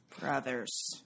Brothers